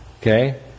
okay